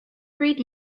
read